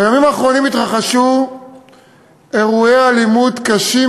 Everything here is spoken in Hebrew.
בימים האחרונים התרחשו אירועי אלימות קשים